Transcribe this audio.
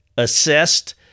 assessed